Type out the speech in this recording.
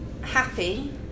happy